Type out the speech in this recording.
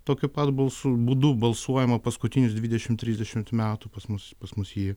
tokiu pat balsu būdu balsuojama paskutinius dvidešimt trisdešimt metų pas mus pas mus ji